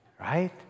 Right